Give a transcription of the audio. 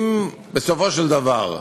בסופו של דבר,